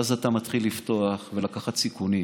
ואז אתה מתחיל לפתוח ולקחת סיכונים,